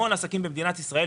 המון עסקים במדינת ישראל,